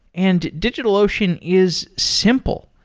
and digitalocean is simple.